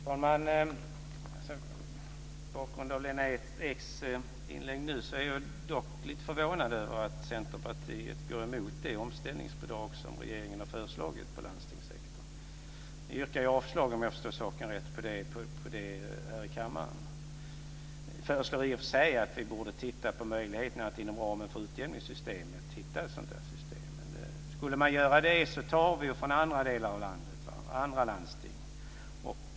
Fru talman! Mot bakgrund av Lena Eks inlägg nu är jag lite förvånad över att Centerpartiet går emot det omställningsbidrag som regeringen har föreslagit för landstingssektorn. Om jag förstår saken rätt, yrkar ni avslag till det här i kammaren. Ni föreslår i och för sig att vi borde titta på möjligheterna att hitta ett sådant system inom ramen för utjämningssystemet. Men om vi skulle göra det skulle vi ta från andra delar av landet och från andra landsting.